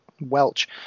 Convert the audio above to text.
Welch